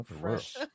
Fresh